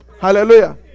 Hallelujah